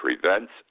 Prevents